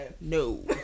no